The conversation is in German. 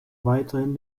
weiterhin